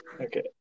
Okay